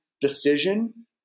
decision